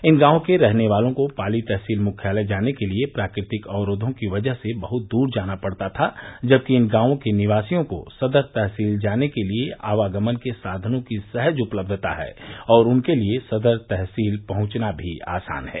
इन गांवों के रहने वालों को पाली तहसील मुख्यालय जाने के लिए प्राकृतिक अवरोघों की वजह से बहुत दूर जाना पड़ता था जबकि इन गांवों के निवासियों को सदर तहसील जाने के लिए आवागमन के साधनों की सहज उपलब्धता है और उनके लिए सदर तहसील पहंचना भी आसान है